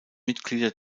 mitglieder